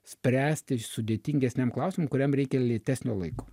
spręsti sudėtingesniam klausimui kuriam reikia lėtesnio laiko